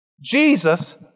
Jesus